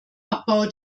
abbau